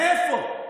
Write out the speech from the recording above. מאיפה?